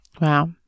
Wow